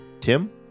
Tim